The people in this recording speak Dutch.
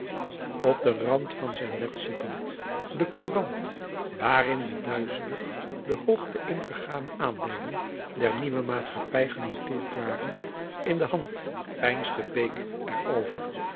op den rand van zijn bed zittend de courant waarin de duizelig de hoogte in gegane aandeelen der nieuwe maatschappij genoteerd waren in de hand peinsde bake